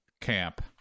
Camp